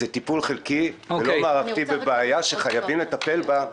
זה טיפול חלקי ולא מערכתי בבעיה שחייבים לטפל בה.